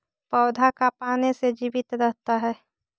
पौधा का पाने से जीवित रहता है?